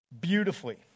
beautifully